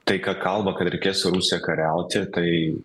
tai ką kalba kad reikės su rusija kariauti tai